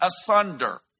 asunder